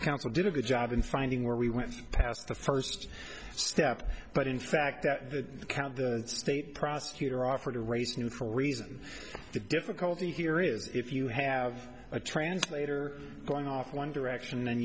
council did a good job in finding where we went past the first step but in fact that the count the state prosecutor offered a race neutral reason the difficulty here is if you have a translator going off one direction and